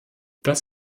das